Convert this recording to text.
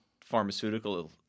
pharmaceutical